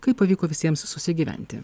kaip pavyko visiems susigyventi